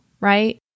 right